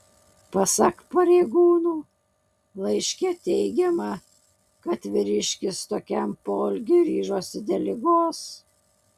pasak pareigūnų laiške teigiama kad vyriškis tokiam poelgiui ryžosi dėl ligos